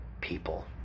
people